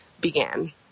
began